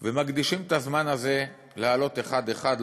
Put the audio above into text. ומקדישים את הזמן הזה לעלות אחד-אחד,